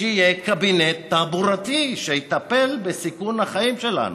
שיהיה קבינט תעבורתי שיטפל בסיכון החיים שלנו.